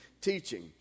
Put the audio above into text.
teaching